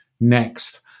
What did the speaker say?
next